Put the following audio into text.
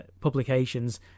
publications